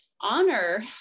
honor